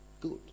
good